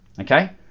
okay